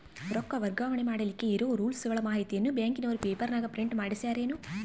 ರೊಕ್ಕ ವರ್ಗಾವಣೆ ಮಾಡಿಲಿಕ್ಕೆ ಇರೋ ರೂಲ್ಸುಗಳ ಮಾಹಿತಿಯನ್ನ ಬ್ಯಾಂಕಿನವರು ಪೇಪರನಾಗ ಪ್ರಿಂಟ್ ಮಾಡಿಸ್ಯಾರೇನು?